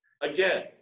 Again